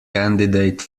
candidate